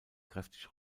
kräftig